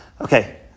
Okay